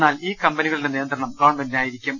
എന്നാൽ ഈ കമ്പനികളുടെ നിയന്ത്രണം ഗവൺമെന്റിനായിരിക്കും